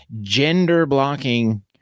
gender-blocking